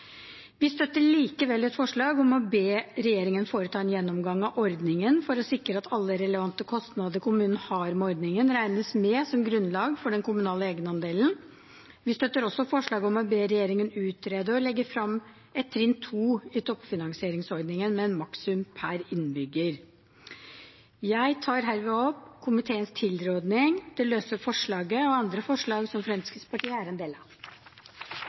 Vi støtter likevel forslaget til vedtak om å be regjeringen foreta en gjennomgang av ordningen for å sikre at alle relevante kostnader kommunen har med ordningen, regnes med som grunnlag for den kommunale egenandelen. Vi støtter også forslaget til vedtak om å be regjeringen utrede og legge frem et trinn to i toppfinansieringsordningen med en makssum per innbygger. Jeg anbefaler herved komiteens tilråding, og jeg tar opp det løse forslaget som Fremskrittspartiet er en del av.